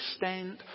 extent